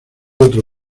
otro